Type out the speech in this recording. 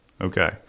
Okay